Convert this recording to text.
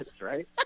right